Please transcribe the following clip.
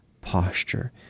posture